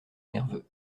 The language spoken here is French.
nerveux